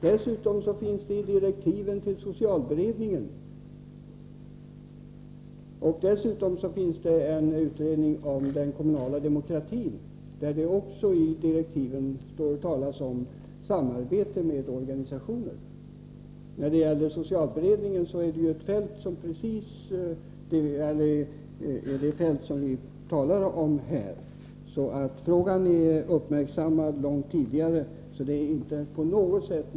Dessutom talas det i direktiven till socialberedningen och i direktiven till utredningen om den kommunala demokratin om samarbete mellan olika organisationer. Social Nr 123 beredningen sysslar just med det fält vi talar om här. Så frågan har Onsdagen den uppmärksammats långt tidigare och är alltså ingenting nytt.